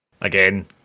Again